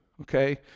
okay